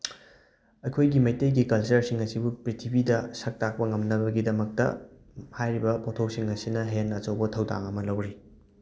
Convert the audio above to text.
ꯑꯩꯈꯣꯏꯒꯤ ꯃꯩꯇꯩꯒꯤ ꯀꯜꯆꯔꯁꯤꯡ ꯑꯁꯤꯕꯨ ꯄ꯭ꯔꯤꯊꯤꯕꯤꯗ ꯁꯛ ꯇꯥꯛꯄ ꯉꯝꯅꯕꯒꯤꯗꯃꯛꯇ ꯍꯥꯏꯔꯤꯕ ꯄꯣꯊꯣꯛꯁꯤꯡ ꯑꯁꯤꯅ ꯍꯦꯟꯅ ꯑꯆꯧꯕ ꯊꯧꯗꯥꯡ ꯑꯃ ꯂꯧꯔꯤ